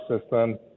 system